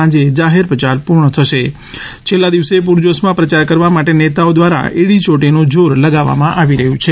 સાંજે જાહેર પ્રચાર પૂર્ણ થશે છેલ્લા દિવસે પુરજોશમાં પ્રચાર કરવા માટે નેતાઓ દ્વારા એડીયોટીનું જોર લાવવામાં આવી રહ્યું છે